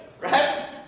Right